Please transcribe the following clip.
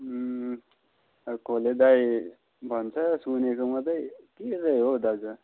खोले दाई भन्छ सुनेको मात्रै के चाहिँ हौ दाजु